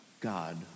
God